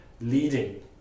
leading